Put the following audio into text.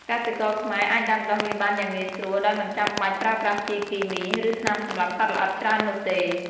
កសិករខ្មែរអាចដាំដុះវាបានយ៉ាងងាយស្រួលដោយមិនចាំបាច់ប្រើប្រាស់ជីគីមី ឬថ្នាំសម្លាប់សត្វល្អិតច្រើននោះទេ។